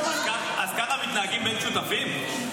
אז כך מתנהגים בין שותפים?